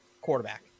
quarterback